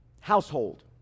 household